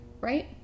Right